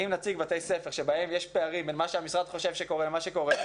אם נציג בתי ספר שבהם יש פערים בין מה שהמשרד חושב שקורה לבין מה שקורה,